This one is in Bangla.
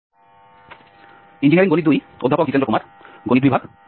নমস্কার ইঞ্জিনিয়ারিং গণিত 2 এর বক্তৃতায় পুনরায় স্বাগত